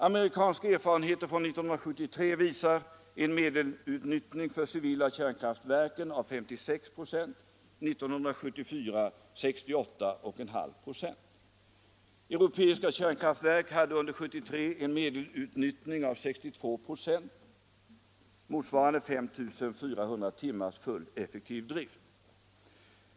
Amerikanska erfarenheter visar en medelutnyttjning för de civila kärnkraftverken 1973 med 56 96 och 1974 med 68,5 96. Europeiska kärnkraftverk hade under 1973 en medelutnyttjning av 62 96, motsvarande 5 400 timmars fullt effektiv drift.